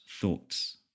thoughts